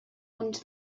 uns